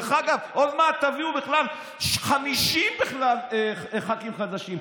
עוד מעט תביאו בכלל 50 ח"כים חדשים,